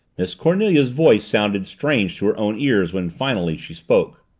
miss cornelia's voice sounded strange to her own ears when finally she spoke.